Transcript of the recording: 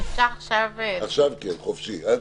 הישיבה ננעלה בשעה 16:01.